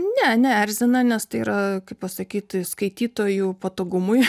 ne neerzina nes tai yra kaip pasakyt skaitytojų patogumui